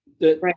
right